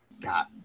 got